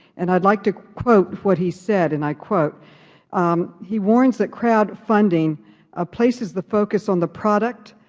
and i would like to quote what he said, and i quote he warns that crowdfunding ah places the focus on the product,